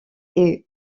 est